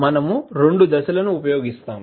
మనము రెండు దశలను ఉపయోగిస్తాము